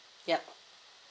yup